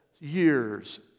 years